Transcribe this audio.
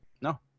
no